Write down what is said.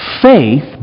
faith